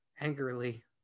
Angrily